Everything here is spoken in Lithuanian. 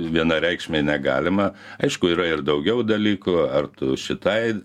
vienareikšmiai negalima aišku yra ir daugiau dalykų ar tu šitai